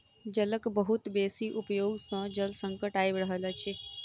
जलक बहुत बेसी उपयोग सॅ जल संकट आइब रहल अछि